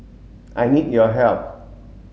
I need your help